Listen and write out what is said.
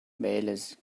ballet